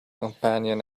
companion